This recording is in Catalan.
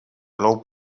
plou